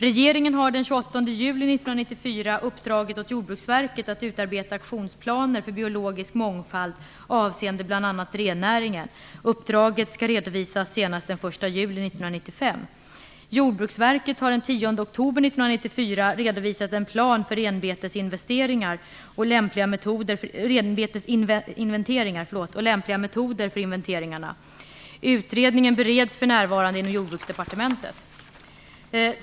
Regeringen har den 28 juli 1994 uppdragit åt Jordbruksverket att utarbeta aktionsplaner för biologisk mångfald avseende bl.a. rennäringen. Uppdraget skall redovisas senast den 1 juli 1995. Jordbruksverket har den 10 oktober 1994 redovisat en plan för renbetesinventeringar och lämpliga metoder för inventeringarna. Utredningen bereds för närvarande inom Jordbruksdepartementet.